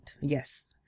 Yes